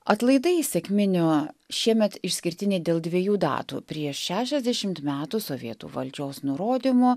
atlaidai sekminių šiemet išskirtiniai dėl dviejų datų prieš šešiasdešimt metų sovietų valdžios nurodymu